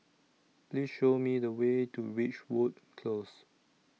Please Show Me The Way to Ridgewood Close